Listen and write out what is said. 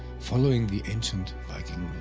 following the ancient viking